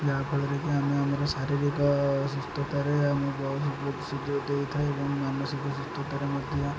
ଯାହାଫଳରେ କିି ଆମେ ଆମର ଶାରୀରିକ ସୁସ୍ଥତାରେ ଆମ ବହୁ ଦେଇଥାଉ ଏବଂ ମାନସିକ ସୁସ୍ଥତାରେ ମଧ୍ୟ